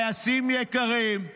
האם אתה כדי לדון